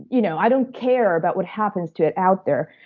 you know i don't care about what happens to it out there.